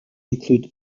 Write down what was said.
include